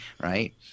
Right